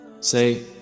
Say